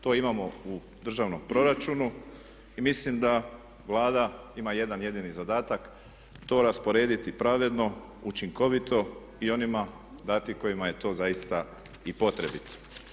To imamo u državnom proračunu i mislim da Vlada ima jedan jedini zadatak to rasporediti pravedno, učinkovito i onima dati kojima je to zaista i potrebito.